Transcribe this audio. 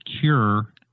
cure